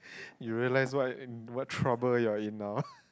you realize what what trouble you're in now